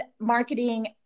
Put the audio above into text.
marketing